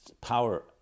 power